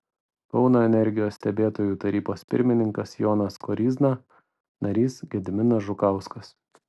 kauno energijos stebėtojų tarybos pirmininkas jonas koryzna narys gediminas žukauskas